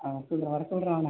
வர சொல்லுறா வர சொல்லுறா அவனை